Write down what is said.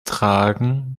tragen